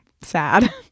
sad